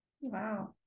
wow